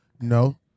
No